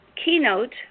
keynote